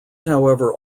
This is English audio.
however